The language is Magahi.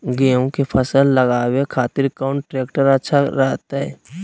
गेहूं के फसल लगावे खातिर कौन ट्रेक्टर अच्छा रहतय?